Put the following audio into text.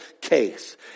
case